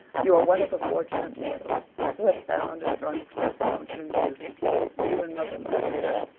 you are one of the fortunate mortals who have found and drunk from the fountain of youth you and mother lavendar.